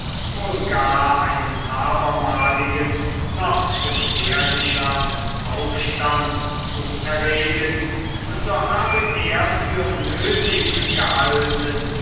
wohl gar einen abermaligen noch gefährlichern aufstand zu erregen so habe er für nötig gehalten